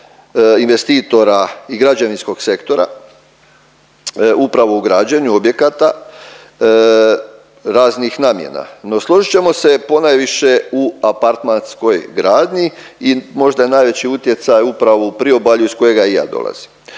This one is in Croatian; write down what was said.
investitora i građevinskog sektora upravo u građenju objekata raznih namjena no složit ćemo se ponajviše u apartmanskoj gradnji i možda je najveći utjecaj upravo u priobalju iz kojega i ja dolazim.